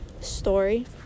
story